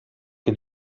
che